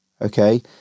okay